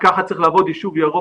וכך צריך לעבוד יישוב ירוק.